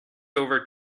over